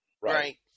Right